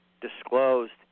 disclosed